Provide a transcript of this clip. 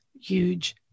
huge